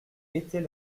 étais